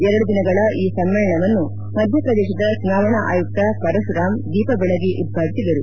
ಎರಡು ದಿನಗಳ ಈ ಸಮ್ಮೇಳನವನ್ನು ಮಧ್ಯಪ್ರದೇತದ ಚುನಾವಣಾ ಆಯುಕ್ತ ಪರಶುರಾಂ ದೀಪ ದೆಳಗಿ ಉದ್ವಾಟಿಸಿದರು